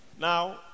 Now